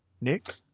nick